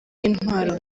intwaro